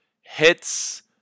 hits